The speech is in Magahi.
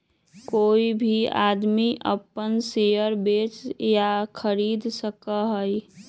कोई भी आदमी अपन शेयर बेच या खरीद सका हई